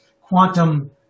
quantum